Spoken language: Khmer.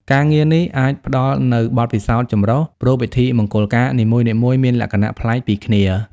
ការងារនេះអាចផ្តល់នូវ បទពិសោធន៍ចម្រុះ ព្រោះពិធីមង្គលការនីមួយៗមានលក្ខណៈប្លែកពីគ្នា។